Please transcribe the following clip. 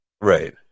Right